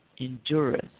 endureth